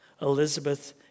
Elizabeth